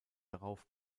darauf